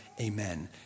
amen